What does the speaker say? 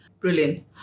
Brilliant